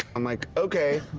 i'm like okay,